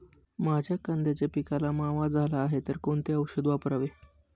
माझ्या कांद्याच्या पिकाला मावा झाला आहे तर कोणते औषध वापरावे?